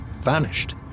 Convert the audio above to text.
vanished